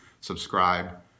subscribe